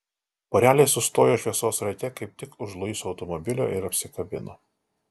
porelė sustojo šviesos rate kaip tik už luiso automobilio ir apsikabino